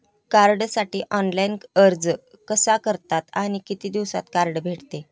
कार्डसाठी ऑनलाइन अर्ज कसा करतात आणि किती दिवसांत कार्ड भेटते?